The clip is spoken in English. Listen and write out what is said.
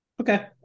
Okay